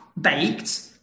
baked